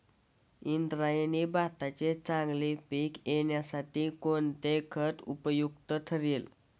इंद्रायणी भाताचे चांगले पीक येण्यासाठी कोणते खत उपयुक्त ठरेल?